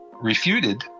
refuted